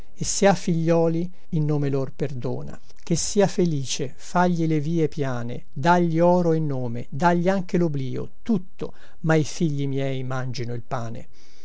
e se ha figlioli in nome lor perdona che sia felice fagli le vie piane dagli oro e nome dagli anche loblio tutto ma i figli miei mangino il pane